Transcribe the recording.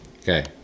Okay